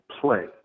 play